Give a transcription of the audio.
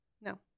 no